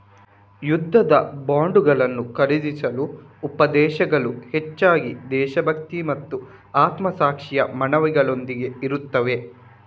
ಯುದ್ಧದ ಬಾಂಡುಗಳನ್ನು ಖರೀದಿಸಲು ಉಪದೇಶಗಳು ಹೆಚ್ಚಾಗಿ ದೇಶಭಕ್ತಿ ಮತ್ತು ಆತ್ಮಸಾಕ್ಷಿಯ ಮನವಿಗಳೊಂದಿಗೆ ಇರುತ್ತವೆ